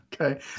Okay